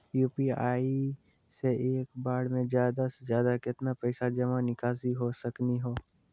UPI से एक बार मे ज्यादा से ज्यादा केतना पैसा जमा निकासी हो सकनी हो?